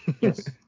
Yes